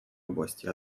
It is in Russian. области